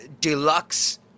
deluxe